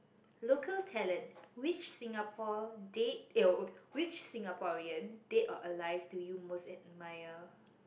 local talent which Singapore dead which Singaporean dead or alive do you most admire